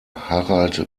harald